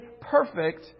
perfect